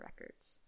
records